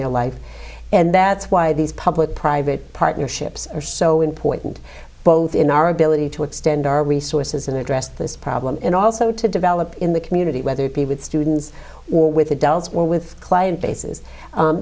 their life and that's why these public private partnerships are so important both in our ability to extend our resources and address this problem and also to develop in the community whether it be with students or with adults when with client bases